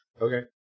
Okay